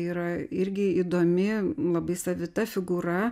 yra irgi įdomi labai savita figūra